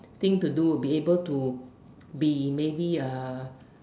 thing to do will be able to be maybe